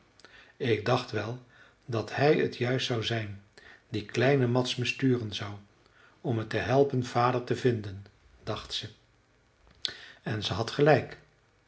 ik dacht wel dat hij het juist zou zijn die kleine mads me sturen zou om me te helpen vader te vinden dacht ze en ze had gelijk